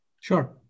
Sure